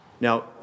Now